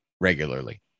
regularly